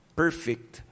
perfect